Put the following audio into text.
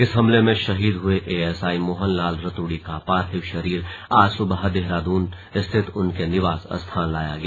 इस हमले में शहीद हुए एएसआई मोहनलाल रतूड़ी का पार्थिव शरीर आज सुबह देहराद्न स्थित उनके निवास स्थान लाया गया